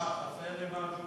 יואב, חסר לי משהו